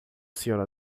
senhora